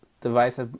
device